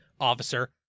officer